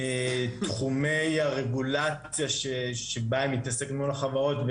תחומי הרגולציה שבה היא מתעסקת מול החברות,